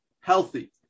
healthy